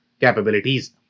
capabilities